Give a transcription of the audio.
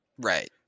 right